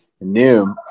new